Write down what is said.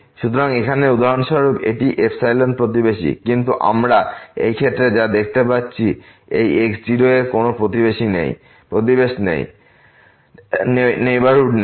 সুতরাং এখানে উদাহরণস্বরূপ এটি প্রতিবেশী কিন্তু আমরা এই ক্ষেত্রে যা দেখতে পাচ্ছি যে এই x0 এর কোন প্রতিবেশ নেই